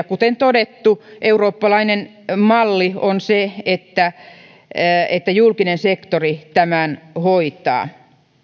kuten todettu eurooppalainen malli on se että että julkinen sektori tämän hoitaa